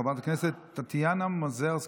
חברת הכנסת טטיאנה מַזֶרְסְקִי,